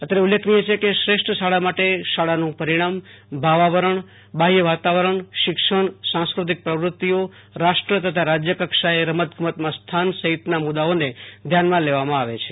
અત્રે ઉલ્લેખનીય છે કે શ્રેષ્ઠ શાળા માટે શાળાનું પરિણામ ભાવાવરણ બાહ્ય વાતાવરણ શિક્ષણ સંસ્કૃતિક પ્રવૃતિઓ રાષ્ટ્ર તથા રાજ્ય કક્ષાએ રમત ગમતમાં સ્થાન સહિતનામુદ્દાઓને ધ્યાનમાં લેવામાં આવતા હોય છે